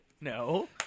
No